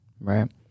right